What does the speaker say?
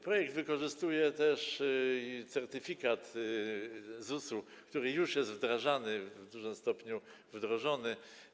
Projekt wykorzystuje też certyfikat ZUS-u, który już jest wdrażany, w dużym stopniu wdrożony.